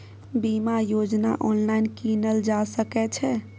बीमा योजना ऑनलाइन कीनल जा सकै छै?